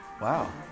wow